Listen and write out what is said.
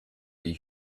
the